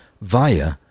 via